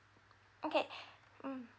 okay mm